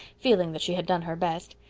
feeling that she had done her best.